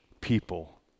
people